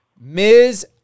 Ms